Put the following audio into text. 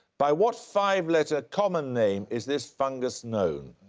by what five-letter common name is this fungus known?